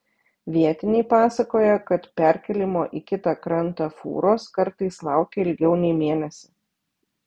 vietiniai pasakoja kad perkėlimo į kitą krantą fūros kartais laukia ilgiau nei mėnesį